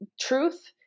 truth